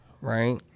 right